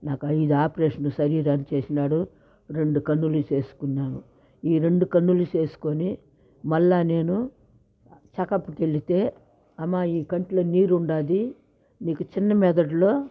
నాకు ఐదు ఆపరేషన్లు శరీరానికి చేసినాడు రెండు కన్నులు చేసుకున్నాను ఈ రెండు కన్నులు చేసుకుని మళ్ళీ నేను చెకప్కి వెళ్తే అమ్మా ఈ కంటిలో నీరున్నది నీకు చిన్న మెదడులో